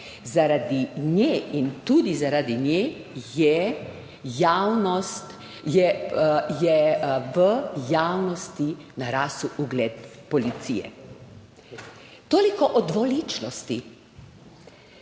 zaradi nje in tudi zaradi nje je javnost, je v javnosti narasel ugled policije. Toliko o dvoličnosti.